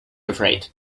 afraid